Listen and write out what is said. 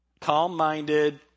Calm-minded